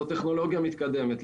זאת טכנולוגיה מתקדמת.